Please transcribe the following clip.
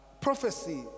Prophecy